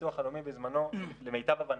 הביטוח הלאומי בזמנו למיטב הבנתי,